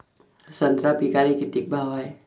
संत्रा पिकाले किती भाव हाये?